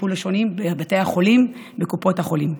הטיפול השונים, בבתי החולים, בקופות החולים.